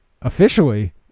officially